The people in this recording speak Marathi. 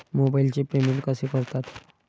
मोबाइलचे पेमेंट कसे करतात?